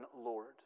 Lord